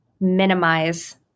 minimize